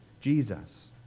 Jesus